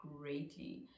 greatly